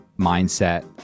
mindset